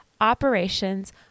operations